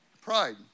Pride